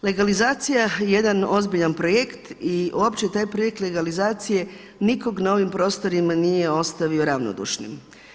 Legalizacija je jedan ozbiljan projekt i uopće taj projekt legalizacije nikoga na ovim prostorima nije ostavio ravnodušnim.